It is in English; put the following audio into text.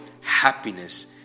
happiness